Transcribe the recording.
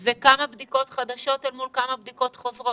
זה כמה בדיקות חדשות אל מול כמה בדיקות חוזרות.